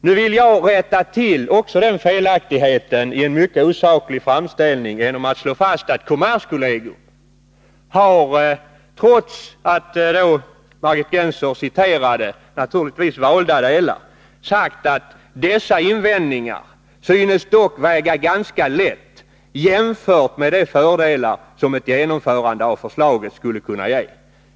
Nu vill jag rätta till också den felaktigheten i en mycket osaklig framställning genom att slå fast att kommerskollegium — trots vad Margit Gennser, naturligtvis i valda delar, citerade — sagt att ”dessa invändningar synes dock väga ganska lätt jämfört med de fördelar som ett genomförande av förslaget skulle kunna ge”.